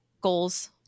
goals